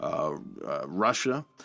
Russia